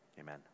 amen